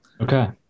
Okay